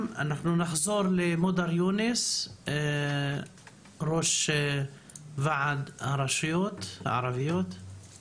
אנחנו נעבור למודר יונס, ראש ועד הרשויות הערביות.